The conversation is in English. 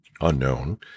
unknown